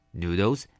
noodles